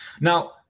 Now